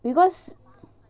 because